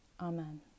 Amen